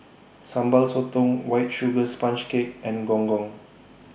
Sambal Sotong White Sugar Sponge Cake and Gong Gong